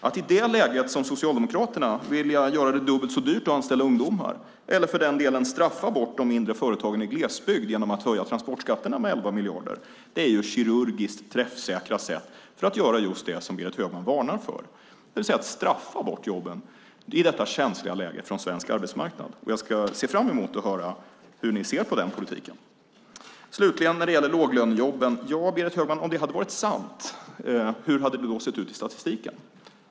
Att i det läget, som Socialdemokraterna, vilja göra det dubbelt så dyrt att anställa ungdomar eller för den delen straffa bort de mindre företagen i glesbygd genom att höja transportskatterna med 11 miljarder, är kirurgiskt träffsäkra sätt att göra just det som Berit Högman varnar för. Då straffar man bort jobben i detta känsliga läge från svensk arbetsmarknad. Jag ser fram emot att höra hur ni ser på den politiken. Slutligen vill jag säga något när det gäller låglönejobben. Om det hade varit sant, Berit Högman, hur hade det då sett ut i statistiken?